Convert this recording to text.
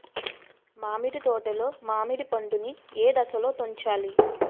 మామిడి తోటలో మామిడి పండు నీ ఏదశలో తుంచాలి?